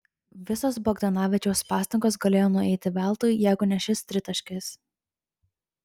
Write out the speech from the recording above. visos bogdanovičiaus pastangos galėjo nueiti veltui jeigu ne šis tritaškis